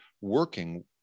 working